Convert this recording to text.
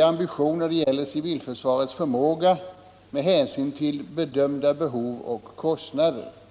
Ambitionen när det gäller civilförsvarets förmåga med hänsyn till bedömda behov och kostnader.